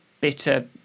bitter